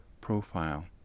profile